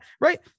right –